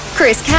Chris